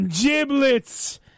Giblets